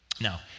Now